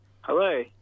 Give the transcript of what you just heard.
Hello